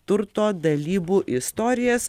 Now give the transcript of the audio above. turto dalybų istorijas